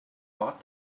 ought